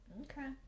Okay